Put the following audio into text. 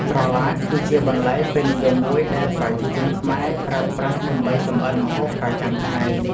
ត្រឡាចគឺជាបន្លែពេញនិយមមួយដែលប្រជាជនខ្មែរប្រើប្រាស់ ដើម្បីចម្អិនម្ហូបប្រចាំថ្ងៃ។